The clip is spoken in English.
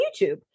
YouTube